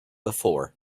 before